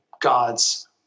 God's